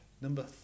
Number